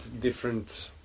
different